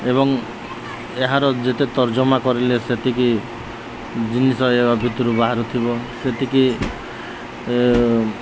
ଏବଂ ଏହାର ଯେତେ ତର୍ଜମା କରିଲେ ସେତିକି ଜିନିଷ ଏହା ଭିତରୁ ବାହାରୁଥିବ ସେତିକି